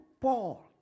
Paul